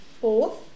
fourth